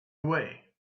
away